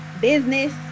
business